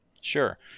Sure